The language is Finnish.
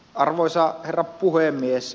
arvoisa herra puhemies